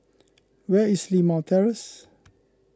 where is Limau Terrace